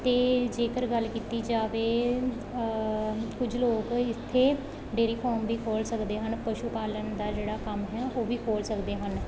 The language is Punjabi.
ਅਤੇ ਜੇਕਰ ਗੱਲ ਕੀਤੀ ਜਾਵੇ ਕੁਝ ਲੋਕ ਇੱਥੇ ਡੇਰੀ ਫਾਰਮ ਵੀ ਖੋਲ੍ਹ ਸਕਦੇ ਹਨ ਪਸ਼ੂ ਪਾਲਣ ਦਾ ਜਿਹੜਾ ਕੰਮ ਹੈ ਉਹ ਵੀ ਖੋਲ੍ਹ ਸਕਦੇ ਹਨ